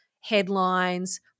headlines